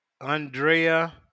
Andrea